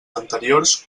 anteriors